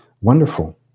Wonderful